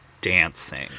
dancing